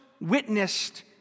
witnessed